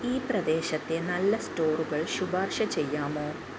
ഈ പ്രദേശത്തെ നല്ല സ്റ്റോറുകൾ ശുപാർശ ചെയ്യാമോ